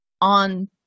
on